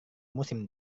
musim